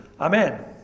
amen